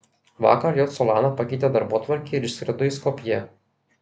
vakar j solana pakeitė darbotvarkę ir išskrido į skopję